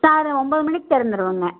காலைல ஒம்பது மணிக்கு திறந்துருவோங்க